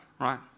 right